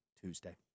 Tuesday